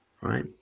right